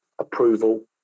approval